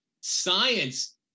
Science